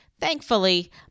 Thankfully